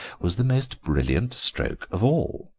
was the most brilliant stroke of all.